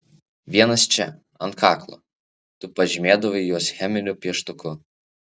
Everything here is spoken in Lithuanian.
vienas čia ant kaklo tu pažymėdavai juos cheminiu pieštuku